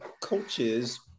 coaches